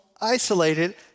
isolated